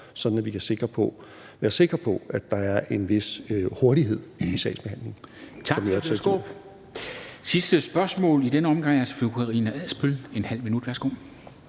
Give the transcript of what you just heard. sådan at vi kan være sikre på, at der er en vis hurtighed i sagsbehandlingen.